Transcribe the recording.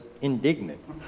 indignant